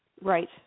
right